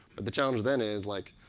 but the challenge then is, like,